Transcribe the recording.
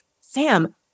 sam